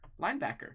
linebacker